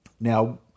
Now